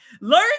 learn